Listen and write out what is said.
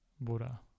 buddha